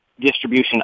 distribution